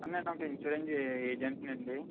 నేను ఒక ఇన్సూరెన్స్ ఏ ఏజెంట్నండి